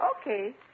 Okay